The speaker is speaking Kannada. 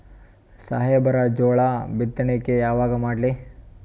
ಸಾಹೇಬರ ಜೋಳ ಬಿತ್ತಣಿಕಿ ಯಾವಾಗ ಮಾಡ್ಲಿ?